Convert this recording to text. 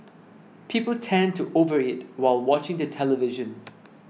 people tend to overeat while watching the television